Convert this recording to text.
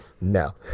No